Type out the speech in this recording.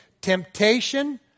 Temptation